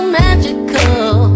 magical